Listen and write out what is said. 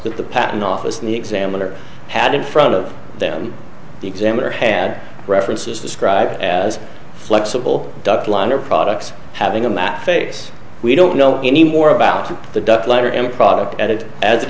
the patent office and the examiner had in front of them the examiner had references described as flexible duct liner products having a match face we don't know any more about the duct light or any product at it as it